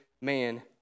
man